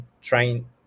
trying